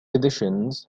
editions